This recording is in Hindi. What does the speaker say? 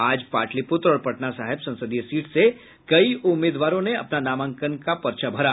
आज पाटलिपूत्र और पटना साहिब संसदीय सीट से कई उम्मीदवारों ने अपना नामांकन पर्चा भरा